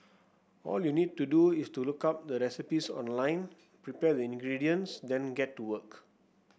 all you need to do is to look up the recipes online prepare the ingredients then get to work